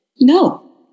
No